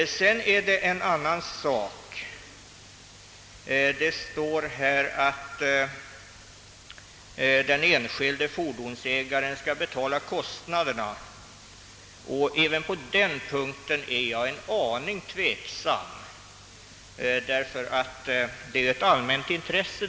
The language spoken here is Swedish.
I propositionen föreslås att fordonsägaren skall betala kostnaderna i samband med flyttningen av fordonet. även på den punkten ställer jag mig tveksam.